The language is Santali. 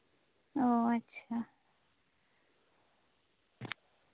ᱚ ᱟᱪᱪᱷᱟ